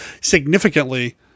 significantly